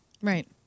Right